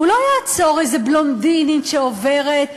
הוא לא יעצור איזו בלונדינית שעוברת,